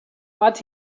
but